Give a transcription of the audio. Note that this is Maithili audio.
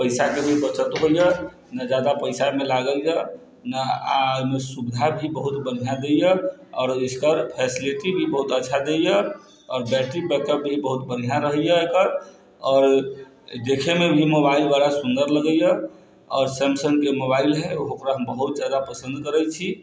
पैसाके भी बचत होइए ने जादा पैसा एहिमे लागैए ने आओर एहिमे सुविधा भी बहुत बन्हिआँ दैय आओर इसपर फैसिलिटी भी बहुत अच्छा दैय आओर बैटरी बैकअप भी बहुत बन्हिआँ रहैया एकर आओर देखेमे भी मोबाइल बड़ा सुन्दर लागैए आओर सैमसंगके मोबाइल है ओकरा हम बहुत जादा पसन्द करै छी